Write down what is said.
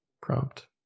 prompt